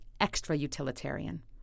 extra-utilitarian